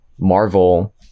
Marvel